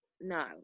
no